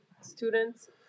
students